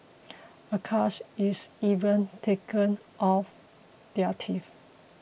a cast is even taken of their teeth